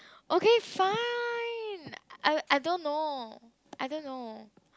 okay fine I I don't know I don't know